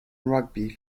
rugby